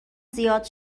زیاد